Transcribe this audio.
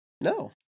No